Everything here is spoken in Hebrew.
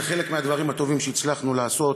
זה חלק מהדברים הטובים שהצלחנו לעשות.